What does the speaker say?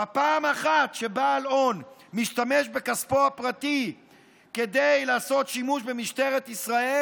בפעם האחת שבעל הון משתמש בכספו הפרטי כדי לעשות שימוש במשטרת ישראל,